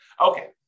Okay